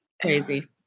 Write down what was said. Crazy